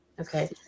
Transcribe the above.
Okay